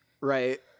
right